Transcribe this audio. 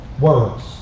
words